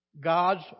God's